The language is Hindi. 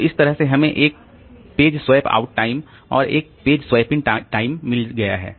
तो इस तरह से हमें एक पेज स्वैप आउट टाइम और एक पेज स्वैप इन टाइम मिल गया है